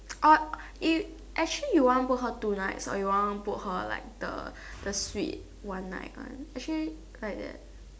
orh if actually you want book her two nights or you want book her like the the suite one night one actually like that